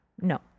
No